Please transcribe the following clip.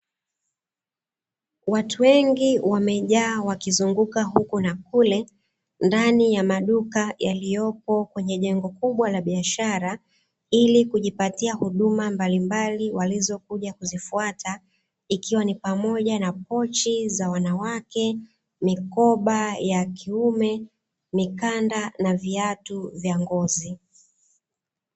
Watu wengi wamejaa wakizunguka huku na kule ndani ya maduka yaliyopo kwenye jengo kubwa la biashara, ili kujipatia huduma mbalimbali walizokuja kuzifuata ikiwa ni pamoja na: pochi za wanawake, mikoba ya kiume, mikanda, na viatu vya ngozi.